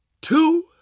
two